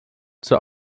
zur